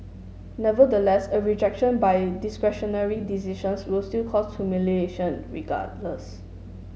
nevertheless a rejection by discretionary decisions will still cause humiliation regardless